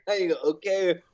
okay